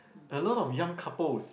a lot of young couples